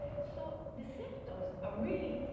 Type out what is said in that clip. so the symptoms are really,